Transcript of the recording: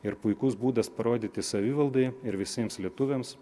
ir puikus būdas parodyti savivaldai ir visiems lietuviams